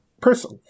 person